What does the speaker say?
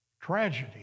tragedy